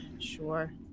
Sure